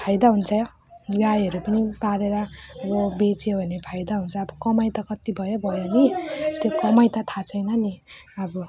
फाइदा हुन्छ गाईहरू पनि पालेर अब बेच्यो भने फाइदा हुन्छ अब कमाइ त कति भयो भयो नि त्यो कमाइ त थाहा छैन नि अब